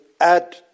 add